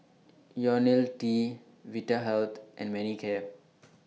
Ionil T Vitahealth and Manicare